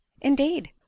Indeed